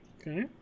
Okay